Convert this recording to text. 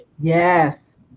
Yes